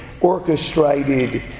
orchestrated